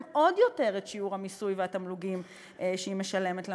עוד יותר את שיעור המס והתמלוגים שהיא משלמת למדינה.